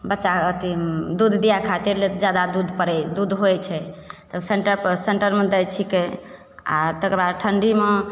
बच्चा अथी दूध दिए खातिरले जादा दूध पड़ै दूध होइ छै तऽ सेन्टरपर सेन्टरमे दै छिकै आओर तकरबाद ठण्डीमे